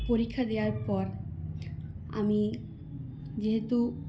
পরীক্ষা দেওয়ার পর আমি যেহেতু